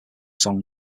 song